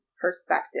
perspective